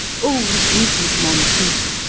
o mrs. monteith!